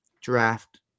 draft